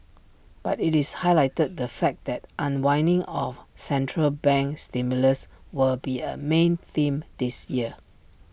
but IT highlighted the fact that unwinding of central bank stimulus will be A main theme this year